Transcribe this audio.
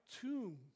tomb